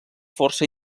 força